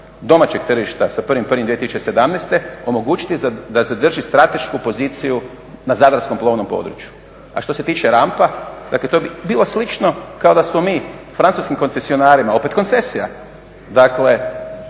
domaćeg tržišta sa 1.01.2017. omogućiti da zadrži stratešku poziciju na zadarskom plovnom području. A što se tiče rampa, dakle to bi bilo slično kao da smo mi francuskim koncesionarima, opet koncesija, dakle